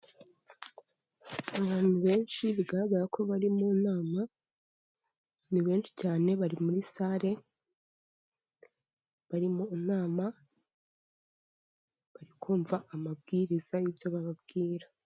Abantu benshi bigaragara ko bari mu nama, ni benshi cyane bari muri sare, bari mu nama, bari kumva amabwiriza y'ibyo bababwira.